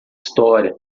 história